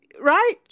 Right